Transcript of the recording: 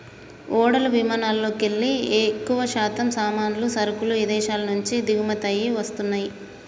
ఓడలు విమానాలల్లోకెల్లి ఎక్కువశాతం సామాన్లు, సరుకులు ఇదేశాల నుంచి దిగుమతయ్యి వస్తన్నయ్యి